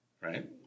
right